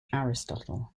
aristotle